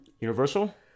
Universal